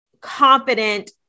confident